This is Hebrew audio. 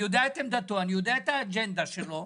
אני יודע את עמדתו, אני יודע את האג'נדה שלו,